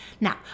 now